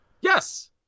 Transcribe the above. Yes